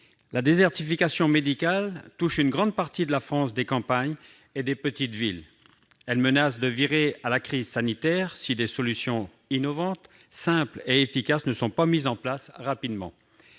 La désertification médicale touche une grande partie de la France des campagnes et des petites villes. Elle menace de virer à la crise sanitaire si des solutions innovantes, simples et efficaces ne sont pas mises en place rapidement.